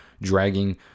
dragging